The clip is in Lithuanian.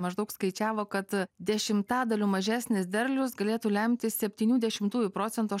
maždaug skaičiavo kad dešimtadaliu mažesnis derlius galėtų lemti septynių dešimtųjų procento